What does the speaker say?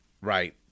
Right